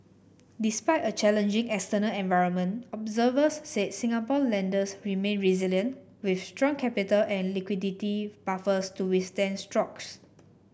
despite a challenging external environment observers said Singapore lenders remain resilient with strong capital and liquidity buffers to withstand strokes